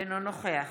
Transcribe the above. אינו נוכח